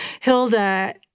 Hilda